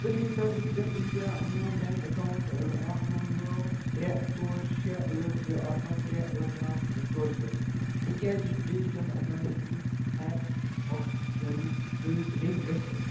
please تصدیٖق کَر زِ کیٛاہ میٛون بینٛک اکاونٛٹ اکھ نو نو ترٛےٚ ژور شےٚ ٲٹھ زٕ اکھ اکھ ترٛےٚ ٲٹھ اکھ زٕ ژور زٕ ہیٚکیا ڈجیٹل ادائیگی ایپ آکسیٖجنس سۭتۍ لِنٛک گٔژھِتھ